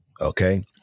Okay